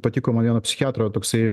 patiko man vieno psichiatro toksai